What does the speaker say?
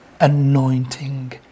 anointing